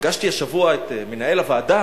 פגשתי השבוע את מנהל הוועדה,